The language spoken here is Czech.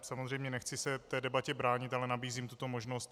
Samozřejmě nechci se této debatě bránit, ale nabízím tuto možnost.